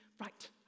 right